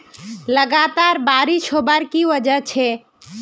लगातार बारिश होबार की वजह छे?